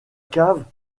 cave